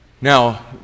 now